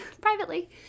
privately